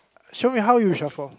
show me how you shuffle